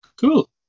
cool